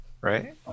Right